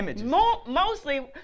mostly